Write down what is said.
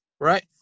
Right